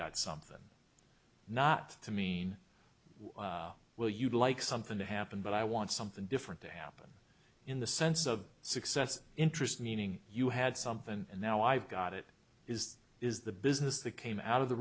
got something not to mean will you like something to happen but i want something different to happen in the sense of success interest meaning you had something and now i've got it is is the business that came out of the